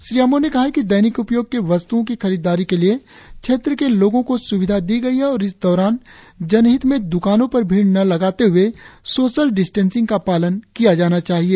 श्री अमो ने कहा कि दैनिक उपयोग के वस्त्ओं की खरीददारी के लिए क्षेत्र के लोगों को स्विधा दी गई है और इस दौरान जनहित में द्कानों पर भीड़ न लगाते हए सोशल डिस्टेंसिंग का पालन किया जाना चाहिए